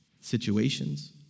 situations